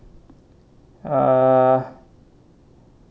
ah